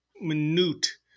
minute